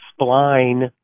spline